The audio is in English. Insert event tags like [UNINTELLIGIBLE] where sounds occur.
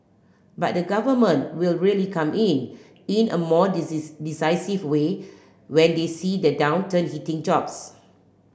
but the Government will really come in in a more [UNINTELLIGIBLE] decisive way when they see the downturn hitting jobs